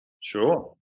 Sure